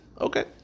Okay